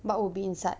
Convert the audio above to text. what would be inside